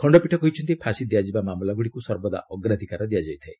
ଖଣ୍ଡପୀଠ କହିଛନ୍ତି ଫାଶୀ ଦିଆଯିବା ମାମଲା ଗୁଡ଼ିକୁ ସର୍ବଦା ଅଗ୍ରାଧିକାର ଦିଆଯାଇଥାଏ